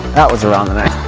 that was around the net.